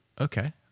Okay